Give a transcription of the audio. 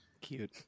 cute